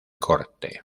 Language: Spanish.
corte